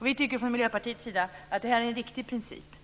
Vi tycker från Miljöpartiets sida att det är en riktig princip.